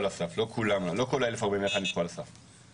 כולם, לא כל ה-1,041 נדחו על הסף.